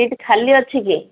seat ଖାଲି ଅଛି କି